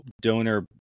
donor